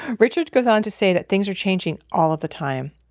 richard goes on to say that things are changing all of the time,